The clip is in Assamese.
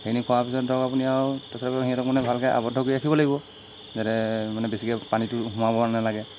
সেইখিনি খোৱাৰ পিছত ধৰক আপুনি আৰু তাৰপিছত সিহঁতক মানে ভালকৈ আবদ্ধ কৰি ৰাখিব লাগিব যাতে মানে বেছিকৈ পানীটো সোমাব নালাগে